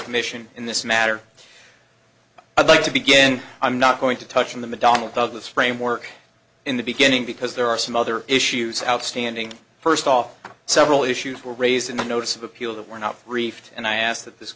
commission in this matter i'd like to begin i'm not going to touch in the mcdonnell douglas framework in the beginning because there are some other issues outstanding first off several issues were raised in the notice of appeal that were not briefed and i asked that this